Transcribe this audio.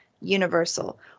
Universal